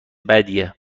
بدیه